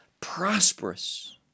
prosperous